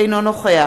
אינו נוכח